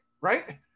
right